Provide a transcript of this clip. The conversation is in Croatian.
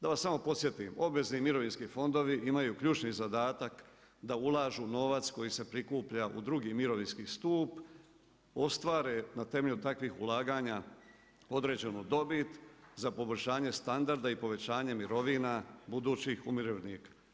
Da vas samo podsjetim, obvezni mirovinski fondovi imaju ključni zadatak da ulažu u novac koji se prikuplja u drugi mirovinski stup, ostvare na temelju takvih ulaganja određenu dobit za poboljšanje standarda i povećanje mirovina budućih umirovljenika.